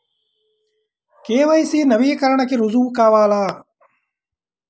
KYC నవీకరణకి రుజువు కావాలా?